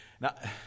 Now